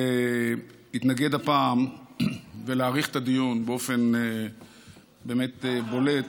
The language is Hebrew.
להתנגד הפעם ולהאריך את הדיון באופן באמת בולט,